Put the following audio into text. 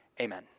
Amen